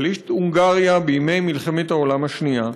שליט הונגריה בימי מלחמת העולם השנייה.